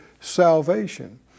salvation